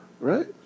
right